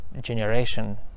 generation